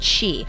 Chi